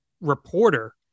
reporter